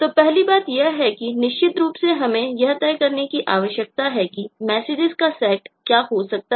तो पहली बात यह है कि निश्चित रूप से हमें यह तय करने की आवश्यकता है कि मैसेजेस का सेट क्या हो सकता है